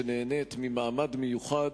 שנהנית ממעמד מיוחד